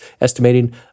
estimating